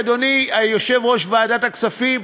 אדוני יושב-ראש ועדת הכספים,